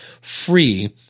free